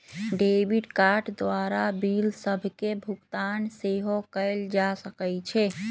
debit card द्वारा bill सभके भुगतान सेहो कएल जा सकइ छै